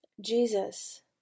Jesus